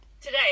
today